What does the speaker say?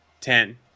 ten